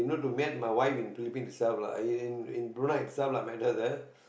to met my wife in Phillipines itself lah I in in Brunei itself lah right